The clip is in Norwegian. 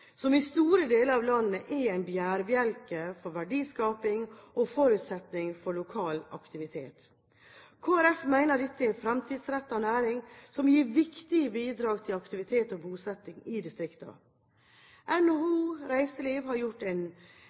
som i store deler av landet er en bærebjelke for verdiskaping og en forutsetning for lokal aktivitet. Kristelig Folkeparti mener dette er en fremtidsrettet næring som gir viktige bidrag til aktivitet og bosetting i distriktene. NHO Reiseliv har gjort en